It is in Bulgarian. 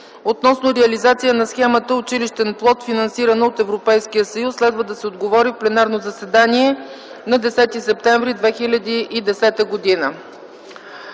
относно реализация на схемата „Училищен плод”, финансирана от Европейския съюз. Следва да се отговори в пленарното заседание на 10 септември 2010 г.